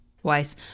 Twice